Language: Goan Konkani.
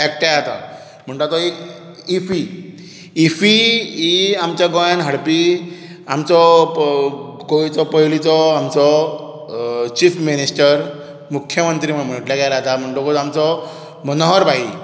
एकठांय येता म्हणटा तो एक इफ्फी इफ्फी ही आमच्या गोयांत हाडपी आमचो गोंयचो पयलीचो आमचो चीफ मिनिस्टर मुख्यमंत्री म्हटलो गेल्यार जाता म्हणटा तो आमचो मनोहर भाई